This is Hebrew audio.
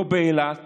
לא באילת